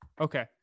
okay